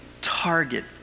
target